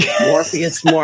Morpheus